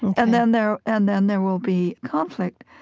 and then there and then there will be conflict.